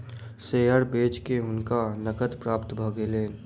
share बेच के हुनका नकद प्राप्त भ गेलैन